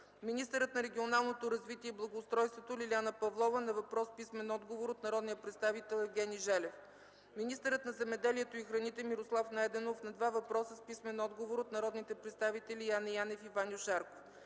министърът на регионалното развитие и благоустройството Лиляна Павлова – на въпрос с писмен отговор от народния представител Евгений Желев; - министърът на земеделието и храните Мирослав Найденов – на 2 въпроса с писмен отговор от народните представители Яне Янев и Ваньо Шарков;